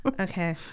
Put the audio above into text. Okay